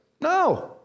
No